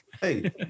Hey